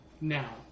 Now